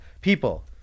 people